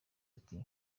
ati